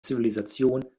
zivilisation